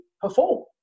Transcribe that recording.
perform